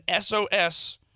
SOS